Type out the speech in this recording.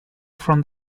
from